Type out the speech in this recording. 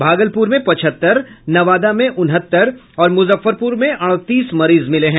भागलपुर में पचहत्तर नवादा में उनहत्तर और मुजफ्फरपुर में अड़तीस मरीज मिले हैं